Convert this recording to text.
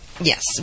Yes